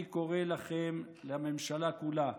אני קורא לכם, לממשלה כולה: